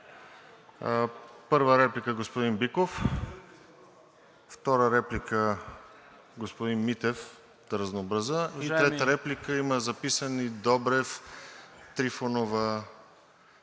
Първа реплика – господин Биков. Втора реплика – господин Митев, да разнообразя. И трета реплика – има записани Добрев, Трифонова